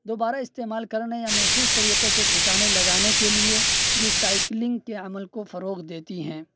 دوبارہ استعمال کرنے یا محفوظ طریقے سے ٹھکانے لگانے کے لیے رسائکلنگ کے عمل کو فروغ دیتی ہیں